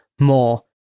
more